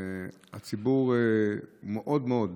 שהציבור מאוד מאוד דבק,